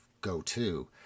go-to